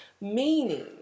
meaning